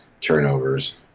turnovers